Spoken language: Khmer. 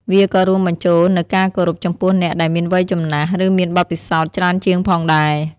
វាក៏រួមបញ្ចូលនូវការគោរពចំពោះអ្នកដែលមានវ័យចំណាស់ ឬមានបទពិសោធន៍ច្រើនជាងផងដែរ។